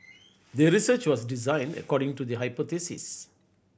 the research was designed according to the hypothesis